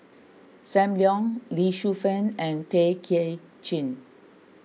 Sam Leong Lee Shu Fen and Tay Kay Chin